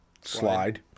slide